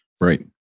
Right